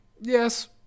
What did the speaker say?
Yes